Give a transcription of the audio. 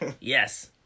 Yes